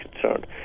concerned